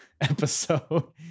episode